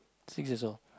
six years old